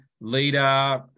leader